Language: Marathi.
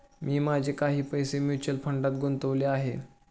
मी माझे काही पैसे म्युच्युअल फंडात गुंतवले आहेत